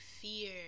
fear